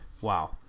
wow